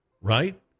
right